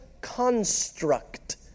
construct